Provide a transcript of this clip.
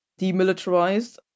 demilitarized